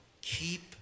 Keep